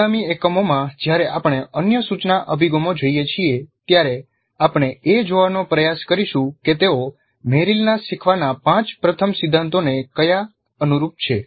અનુગામી એકમોમાં જ્યારે આપણે અન્ય સૂચના અભિગમો જોઈએ છીએ ત્યારે આપણે એ જોવાનો પ્રયાસ કરીશું કે તેઓ મેરિલના શીખવાના પાંચ પ્રથમ સિદ્ધાંતોને ક્યાં અનુરૂપ છે